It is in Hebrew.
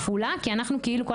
חווה שחיקה כפולה כי אנחנו כאילו כל